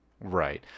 right